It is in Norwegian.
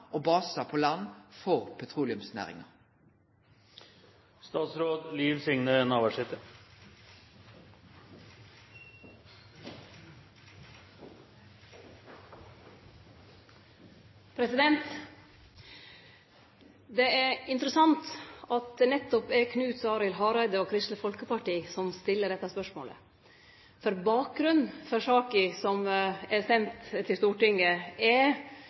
og basar på land for petroleumsnæringa. Det er interessant at det nettopp er Knut Arild Hareide og Kristeleg Folkeparti som stiller dette spørsmålet. For bakgrunnen for saka som er send til Stortinget, er